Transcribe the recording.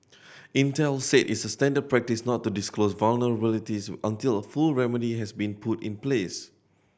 Intel said it's standard practice not to disclose vulnerabilities until full remedy has been put in place